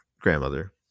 grandmother